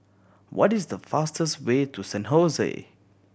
what is the fastest way to San Hose